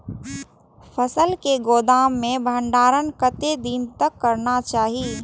फसल के गोदाम में भंडारण कतेक दिन तक करना चाही?